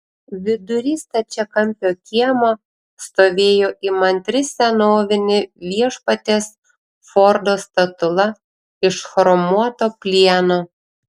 vidury stačiakampio kiemo stovėjo įmantri senovinė viešpaties fordo statula iš chromuoto plieno